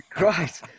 Right